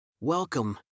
Welcome